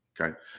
Okay